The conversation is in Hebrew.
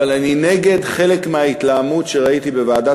אבל אני נגד חלק מההתלהמות שראיתי בוועדת